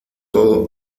todo